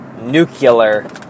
nuclear